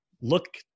look